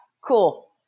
cool